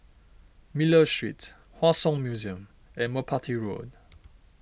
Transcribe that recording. Miller Street Hua Song Museum and Merpati Road